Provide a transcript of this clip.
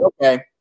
okay